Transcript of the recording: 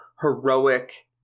heroic